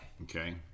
Okay